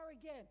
again